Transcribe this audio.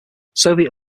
soviet